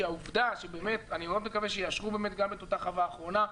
אני מקווה מאוד שיאשרו גם את אותה חווה אחרונה,